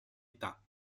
età